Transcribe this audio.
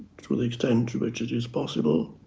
to the extent which it is possible.